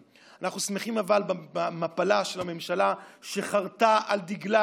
אבל אנחנו שמחים במפלה של הממשלה שחרתה על דגלה